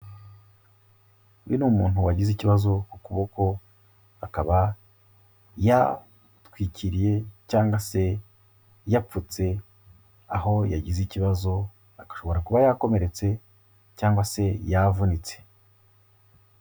Uyu ni umuntu wagize ikibazo ku kuboko, akaba yatwikiriye cyangwa se yapfutse aho yagize ikibazo, ashobora kuba yakomeretse cyangwa se yavunitse.